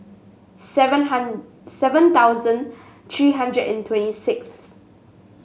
seven hundred seven thousand three hundred and twenty sixth